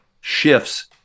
shifts